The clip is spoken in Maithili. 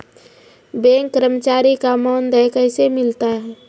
बैंक कर्मचारी का मानदेय कैसे मिलता हैं?